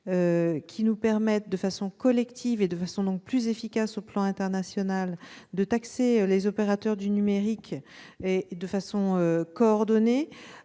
qui nous permettent, collectivement, et plus efficacement au plan international, de taxer les opérateurs du numérique de façon coordonnée.